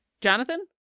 Jonathan